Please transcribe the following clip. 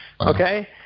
okay